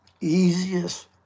easiest